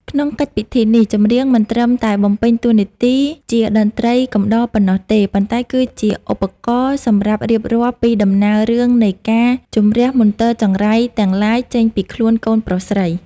ក្នុងកិច្ចពិធីនេះ ចម្រៀងមិនត្រឹមតែបំពេញតួនាទីជាតន្ត្រីកំដរប៉ុណ្ណោះទេ ប៉ុន្តែគឺជាឧបករណ៍សម្រាប់រៀបរាប់ពីដំណើររឿងនៃការជម្រះមន្ទិលចង្រៃទាំងឡាយចេញពីខ្លួនកូនប្រុសស្រី